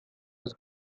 his